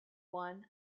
one